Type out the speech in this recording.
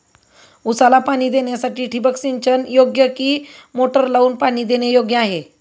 ऊसाला पाणी देण्यासाठी ठिबक सिंचन योग्य कि मोटर लावून पाणी देणे योग्य आहे?